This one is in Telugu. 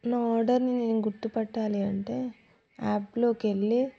నా ఆర్డర్ను నేను గుర్తుపట్టాలి అంటే యాప్లోకెళ్ళి